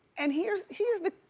and here's here's the